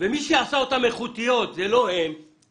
ומי שעשה אותן איכותיות זה ההורים